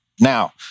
Now